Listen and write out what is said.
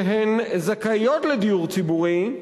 שזכאיות לדיור ציבורי,